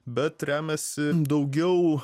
bet remiasi daugiau